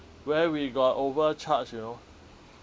where we got overcharged you know